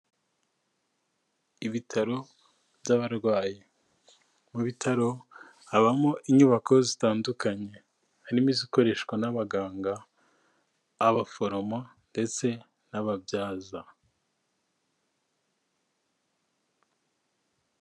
Ibitaro by'abarwayi, mu bitaro habamo inyubako zitandukanye: harimo izikoreshwa n'abaganga, abaforomo ndetse n'ababyaza.